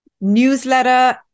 newsletter